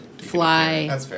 Fly